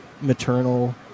Maternal